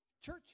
Church